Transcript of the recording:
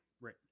Right